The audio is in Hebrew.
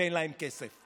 ואין להם כסף,